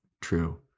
True